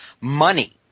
money